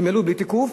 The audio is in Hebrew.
יעלו בלי תיקוף,